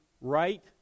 right